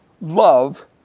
love